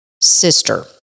sister